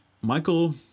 Michael